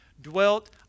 dwelt